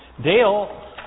Dale